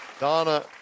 Donna